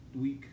week